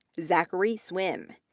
zachary swim,